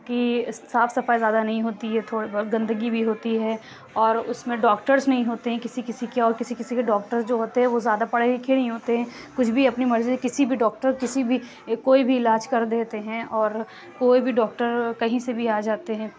کہ صاف صفائی زیادہ نہیں ہوتی ہے تھوڑی بہت گندگی بھی ہوتی ہے اور اس میں ڈاکٹرس نہیں ہوتے ہیں کسی کسی کے اور کسی کسی کے ڈاکٹرس جو ہوتے ہیں وہ زیادہ پڑھے لکھے نہیں ہوتے ہیں کچھ بھی اپنی مرضی سے کسی بھی ڈاکٹر کسی بھی کوئی بھی علاج کر دیتے ہیں اور کوئی بھی ڈاکٹر کہیں سے بھی آ جاتے ہیں